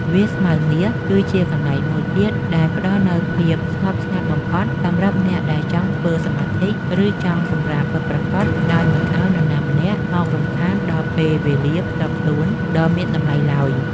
វាលស្មៅមាស គឺជាកន្លែងមួយទៀតដែលផ្តល់នូវភាពស្ងប់ស្ងាត់បំផុតសម្រាប់អ្នកដែលចង់ធ្វើសមាធិ ឬ ចង់សម្រាកពិតប្រាកដដោយមិនឱ្យមាននរណាម្នាក់មករំខានដល់ពេលវេលាផ្ទាល់ខ្លួនដ៏មានតម្លៃឡើយ។